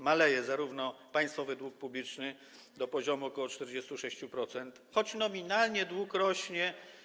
Maleje państwowy dług publiczny do poziomu ok. 46%, choć nominalnie dług rośnie.